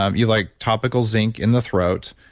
um you like topical zinc in the throat.